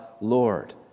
Lord